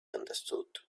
understood